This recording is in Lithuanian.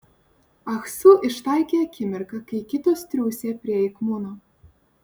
ah su ištaikė akimirką kai kitos triūsė prie ik muno